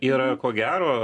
ir ko gero